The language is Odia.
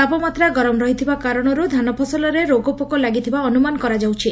ତାପମାତ୍ରା ଗରମ ରହିଥିବା କାରଣରୁ ଧାନଫସଲରେ ରୋଗପୋକ ଲାଗିଥିବା ଅନୁମାନ କରାଯାଉଛି